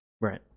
Right